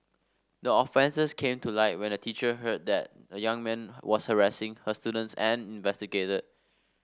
the offences came to light when a teacher heard that a young man was harassing her students and investigated